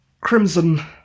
Crimson